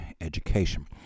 education